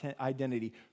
identity